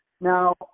Now